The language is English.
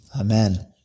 Amen